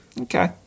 Okay